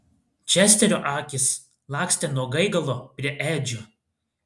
česterio akys lakstė nuo gaigalo prie edžio